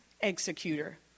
executor